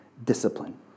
discipline